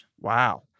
Wow